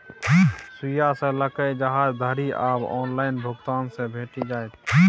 सुईया सँ लकए जहाज धरि आब ऑनलाइन भुगतान सँ भेटि जाइत